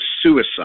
suicide